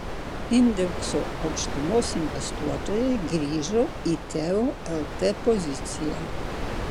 indekso aukštumos investuotojai grįžo į teo lt poziciją